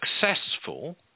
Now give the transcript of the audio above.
successful